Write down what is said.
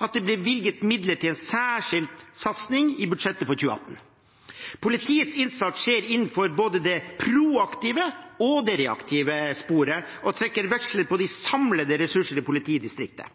at det er bevilget midler til en særskilt satsing i budsjettet for 2018. Politiets innsats skjer innenfor både det proaktive og det reaktive sporet og trekker veksler på de samlede ressurser i politidistriktet.